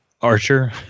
Archer